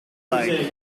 like